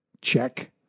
Check